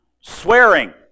swearing